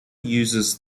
uses